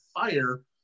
fire